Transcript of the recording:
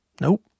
nope